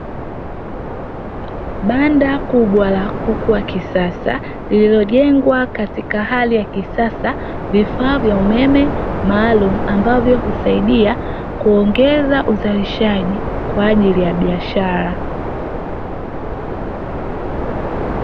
Banda kubwa la kuku wa kisasa lililojengwa katika hali ya kisasa, vifaa vya umeme maalumu ambavyo husaidia kuongeza uzalishaji kwa ajili ya biashara.